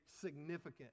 significant